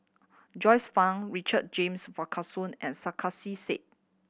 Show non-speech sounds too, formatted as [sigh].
Joyce Fan Richard James [unintelligible] and Sarkasi Said